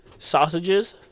Sausages